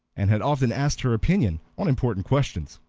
and had often asked her opinion on important questions.